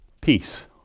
peace